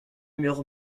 mur